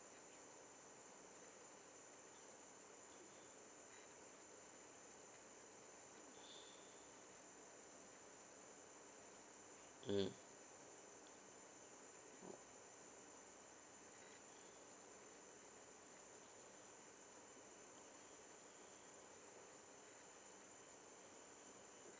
mm